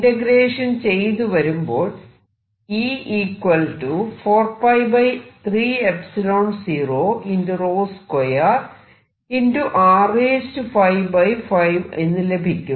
integration ചെയ്തുവരുമ്പോൾ എന്ന് ലഭിക്കും